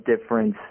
difference